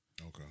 Okay